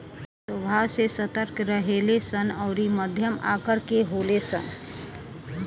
स्वभाव से सतर्क रहेले सन अउरी मध्यम आकर के होले सन